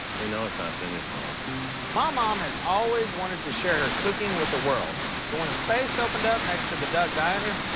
we know it's not finished, mom. my mom has always wanted to share her cooking with the world, so when a space opened up next to the duck diner,